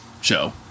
show